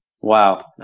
Wow